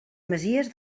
masies